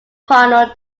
partner